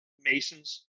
Masons